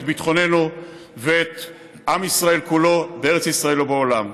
ביטחוננו ואת עם ישראל כולו בארץ ישראל ובעולם.